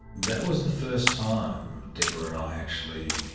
that was the first time debra and i actually